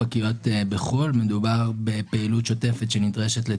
קטיף, מדובר בשאריות אחרונות של